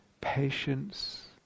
patience